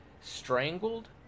strangled